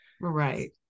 Right